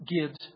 gives